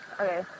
okay